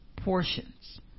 portions